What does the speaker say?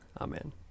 Amen